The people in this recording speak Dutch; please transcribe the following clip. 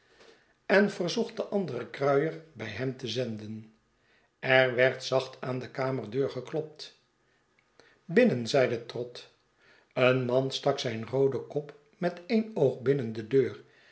en verzocht den anderen kruier bij hem te zenden er werd zacht aan de kamerdeur geklopt binnen zeide trott een man stak zijn rooden kop met een oog binnen de deur